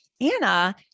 Anna